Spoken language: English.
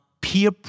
peer